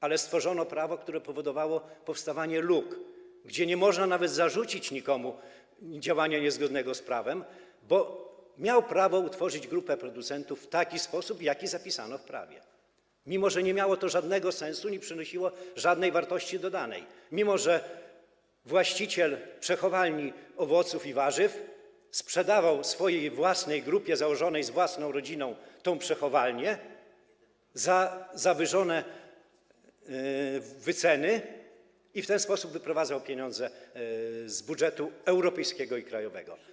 Ale stworzono prawo, które powodowało powstawanie luk, gdzie nie można nawet zarzucić nikomu działania niezgodnego z prawem, bo miał prawo utworzyć grupę producentów w taki sposób, jaki zapisano w prawie, mimo że nie miało to żadnego sensu, nie przynosiło żadnej wartości dodanej, mimo że właściciel przechowalni owoców i warzyw sprzedawał swojej własnej grupie założonej z własną rodziną tę przechowalnię za zawyżone wyceny i w ten sposób wyprowadzał pieniądze z budżetu europejskiego i krajowego.